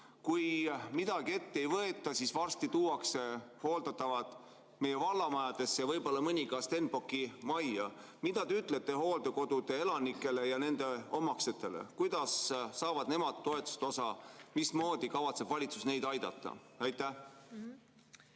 Kui midagi ette ei võeta, siis varsti tuuakse hooldatavad meie vallamajadesse ja võib-olla mõni ka Stenbocki majja. Mida te ütlete hooldekodude elanikele ja nende omastele? Kuidas saavad nemad toetustest osa? Mismoodi kavatseb valitsus neid aidata? Suur